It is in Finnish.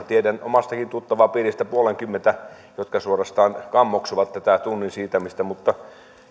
tiedän omastakin tuttavapiiristäni puolenkymmentä jotka suorastaan kammoksuvat tätä tunnin siirtämistä mutta